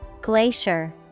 Glacier